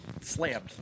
Slammed